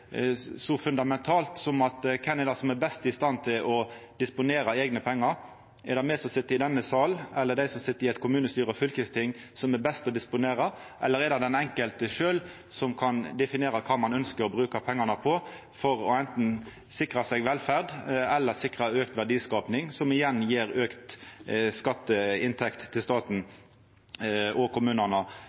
så fundamentalt som kven som er best i stand til å disponera eigne pengar. Er det me som sit i denne salen, eller dei som sit i eit kommunestyre eller fylkesting, som er best til å disponera, eller er det den enkelte sjølv som kan definera kva ein ønskjer å bruka pengane på, for å sikra seg anten velferd eller auka verdiskaping, som igjen gjev auka skatteinntekter til staten og kommunane?